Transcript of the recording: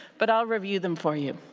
but i'll review them for you.